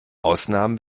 ausnahmen